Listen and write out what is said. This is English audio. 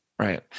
right